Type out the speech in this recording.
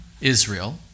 Israel